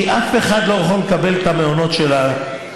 כי אף אחד לא יכול לקבל את המעונות של המגזר.